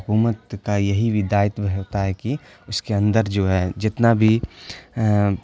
حکومت کا یہی بھی دایتو ہوتا ہے کہ اس کے اندر جو ہے جتنا بھی